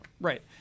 Right